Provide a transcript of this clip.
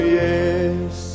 yes